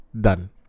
done